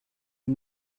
you